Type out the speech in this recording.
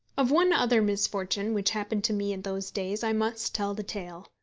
of one other misfortune which happened to me in those days i must tell the tale.